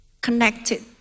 connected